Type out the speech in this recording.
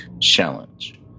challenge